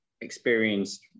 experienced